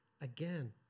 again